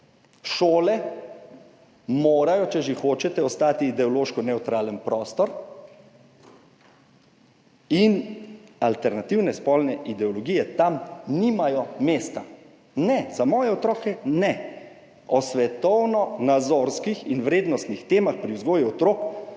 Šole morajo, če že hočete, ostati ideološko nevtralen prostor in alternativne spolne ideologije tam nimajo mesta. Ne, za moje otroke ne. O svetovnonazorskih in vrednostnih temah pri vzgoji otrok